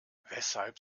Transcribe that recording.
weshalb